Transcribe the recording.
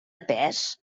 pes